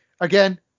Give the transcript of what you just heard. again